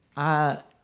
i